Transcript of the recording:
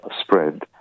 spread